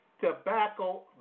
tobacco